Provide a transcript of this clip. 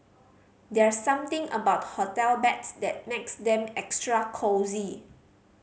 there's something about hotel beds that makes them extra cosy